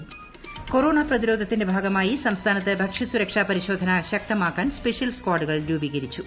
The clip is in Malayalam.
പ് കൊറോണ പ്രതിരോധത്തിന്റെ ഭാഗമായി സംസ്ഥാനത്ത് ഭക്ഷ്യ സുരക്ഷാ പരിശോധന ശക്തമാക്കാൻ സ്പെഷ്യൽ സ്കാഡുകൾ രൂപീകരിച്ചു